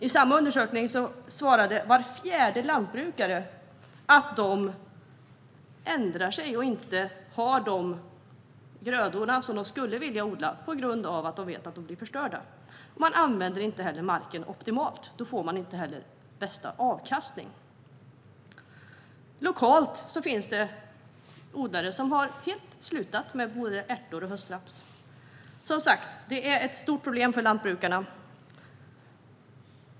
I samma undersökning svarade var fjärde lantbrukare att de inte har de grödor som de skulle vilja odla, eftersom de vet dessa blir förstörda. Man använder inte heller marken optimalt, och då får man heller inte bästa avkastning. Lokalt finns det odlare som helt har slutat med både ärter och höstraps. Detta är som sagt ett stort problem för lantbrukarna.